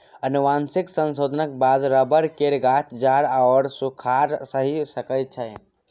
आनुवंशिक संशोधनक बाद रबर केर गाछ जाड़ आओर सूखाड़ सहि सकै छै